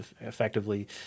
effectively